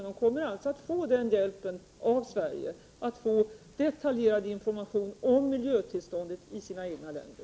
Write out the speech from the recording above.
De kommer således att få hjälp från Sverige med att få detaljerad information om miljötillståndet i sina egna länder.